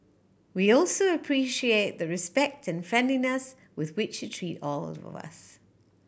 we also appreciate the respect and friendliness with which you treat all of us